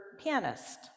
pianist